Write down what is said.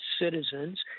citizens